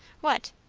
what?